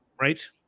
right